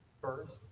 First